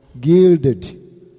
gilded